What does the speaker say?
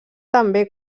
també